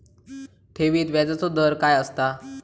ठेवीत व्याजचो दर काय असता?